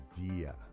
idea